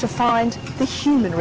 to find the human